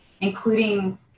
including